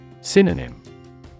Synonym